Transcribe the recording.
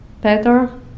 better